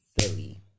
Philly